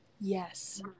Yes